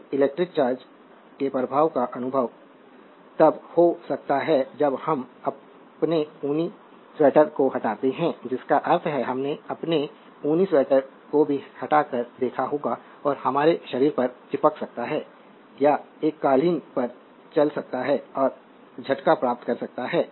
तो electric charge के प्रभाव का अनुभव तब हो सकता है जब हम अपने ऊनी स्वेटर को हटाते हैं जिसका अर्थ है कि हमने अपने ऊनी स्वेटर को भी हटा कर देखा होगा और हमारे शरीर पर चिपक सकता है या एक कालीन पर चल सकता है और झटका प्राप्त कर सकता है